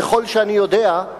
ככל שאני יודע,